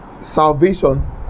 salvation